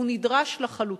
והוא נדרש לחלוטין,